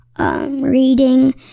Reading